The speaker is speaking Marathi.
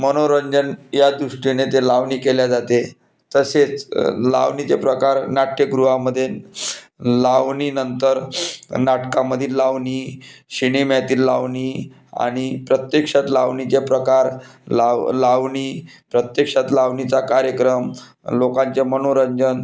मनोरंजन या दृष्टीने ते लावणी केल्या जाते तसेच लावणीचे प्रकार नाट्यगृहामध्ये लावणीनंतर नाटकामधील लावणी शिणेम्यातील लावणी आणि प्रत्यक्षात लावणीचे प्रकार लाव लावणी प्रत्यक्षात लावणीचा कार्यक्रम लोकांचे मनोरंजन